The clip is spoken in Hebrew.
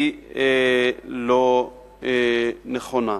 היא לא נכונה.